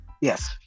Yes